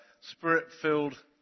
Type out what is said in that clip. Spirit-filled